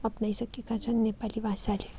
अप्नाइसकेका छन् नेपाली भाषाले